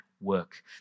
work